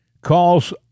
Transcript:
calls